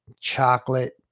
chocolate